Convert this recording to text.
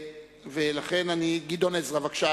בבקשה,